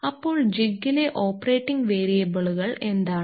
അപ്പോൾ ജിഗ്ഗിലെ ഓപ്പറേറ്റിംഗ് വേരിയബിളുകൾ എന്തൊക്കെയാണ്